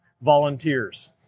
volunteers